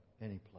anyplace